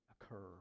occur